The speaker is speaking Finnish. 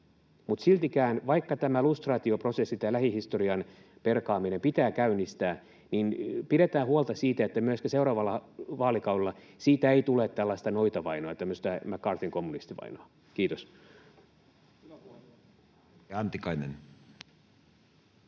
itse. Siltikin, vaikka tämä lustraatioprosessi, tämä lähihistorian perkaaminen, pitää käynnistää, pidetään huolta siitä, että myöskään seuraavalla vaalikaudella siitä ei tule noitavainoa, tämmöistä McCarthyn kommunistivainoa. — Kiitos. [Mauri